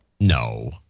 no